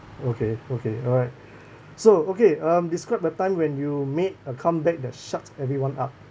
okay okay alright so okay um describe a time when you made a comeback that shut everyone up